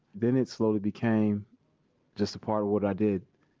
then it slowly became just a part of what i did.